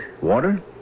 water